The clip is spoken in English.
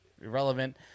irrelevant